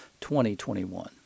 2021